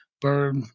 bird